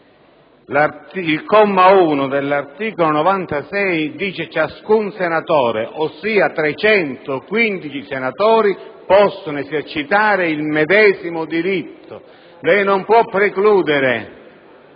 Il comma 1 dell'articolo 96 stabilisce che ciascun senatore - quindi 315 senatori - può esercitare il medesimo diritto. Lei non può precludere